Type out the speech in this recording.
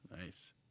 Nice